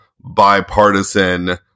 bipartisan